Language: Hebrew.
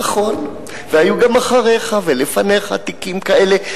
נכון, והיו גם אחריך ולפניך תיקים כאלה.